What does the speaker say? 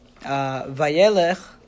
Vayelech